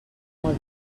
molt